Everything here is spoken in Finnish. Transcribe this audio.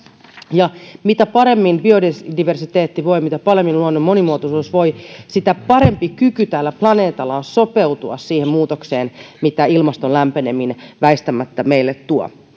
ja mitä paremmin biodiversiteetti voi mitä paremmin luonnon monimuotoisuus voi sitä parempi kyky tällä planeetalla on sopeutua siihen muutokseen mitä ilmaston lämpeneminen väistämättä meille tuo